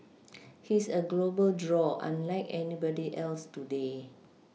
he's a global draw unlike anybody else today